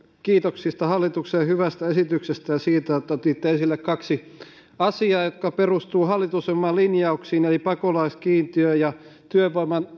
kiitoksista hallituksen hyvästä esityksestä ja siitä että otitte esille kaksi asiaa jotka perustuvat hallitusohjelman linjauksiin eli pakolaiskiintiön ja ulkomaisen työvoiman